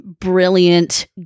brilliant